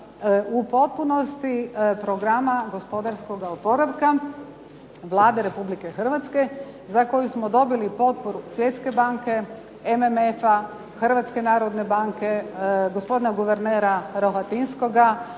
u potpunosti Programa gospodarskoga oporavka Vlade Republike Hrvatske za koju smo dobili potporu Svjetske banke, MMF-a, Hrvatske narodne banke, gospodina guvernera Rohatinskoga,